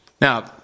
Now